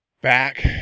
back